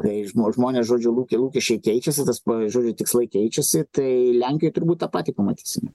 tai žmo žmonės žodžiu lūke lūkesčiai keičiasi tas pa žodžiu tikslai keičiasi tai lenkijoj turbūt tą patį pamatysim